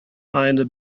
eine